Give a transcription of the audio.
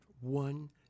one